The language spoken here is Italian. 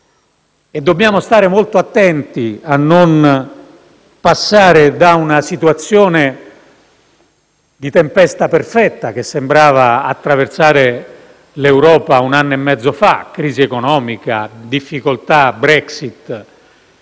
Dobbiamo stare molto attenti a non passare da una situazione di tempesta perfetta, che sembrava attraversare l'Europa un anno e mezzo fa, caratterizzata da crisi economica, difficoltà e